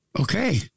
Okay